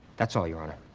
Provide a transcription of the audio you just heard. that's all, your honor.